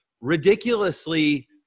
ridiculously